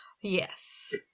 Yes